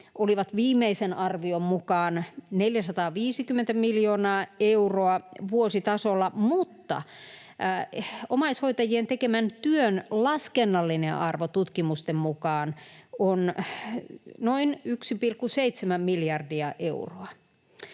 olivat viimeisen arvion mukaan 450 miljoonaa euroa vuositasolla, mutta omaishoitajien tekemän työn laskennallinen arvo tutkimusten mukaan on noin 1,7 miljardia euroa.